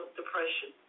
depression